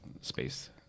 space